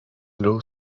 law